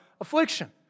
affliction